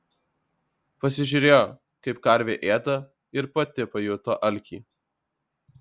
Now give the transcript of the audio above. pasižiūrėjo kaip karvė ėda ir pati pajuto alkį